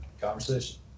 conversation